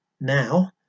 now